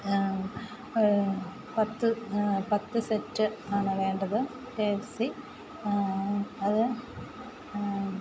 പത്ത് പത്ത് സെറ്റ് ആണ് വേണ്ടത് കെ എഫ് സി അത്